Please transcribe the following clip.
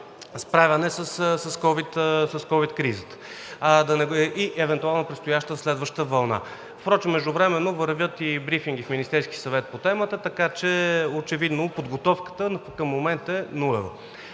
справяне с ковид кризата и евентуално предстояща следваща вълна. Впрочем, междувременно вървят и брифинги в Министерския съвет по темата, така че очевидно подготовката към момента е нулева.